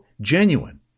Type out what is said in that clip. genuine